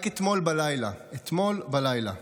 רק אתמול בלילה, אתמול בלילה,